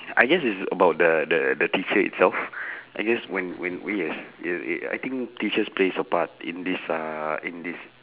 I guess it's about the the the teacher itself I guess when when we as yeah uh uh I think teachers plays a part in this uh in this